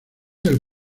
del